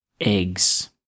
eggs